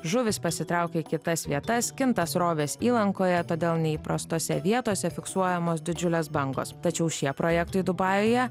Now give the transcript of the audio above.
žuvys pasitraukia į kitas vietas kinta srovės įlankoje todėl neįprastose vietose fiksuojamos didžiulės bangos tačiau šie projektai dubajuje